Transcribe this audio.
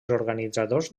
organitzadors